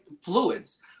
fluids